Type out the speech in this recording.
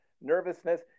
nervousness